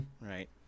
Right